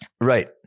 Right